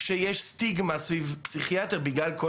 כשיש סטיגמה סביב פסיכיאטר בגלל כל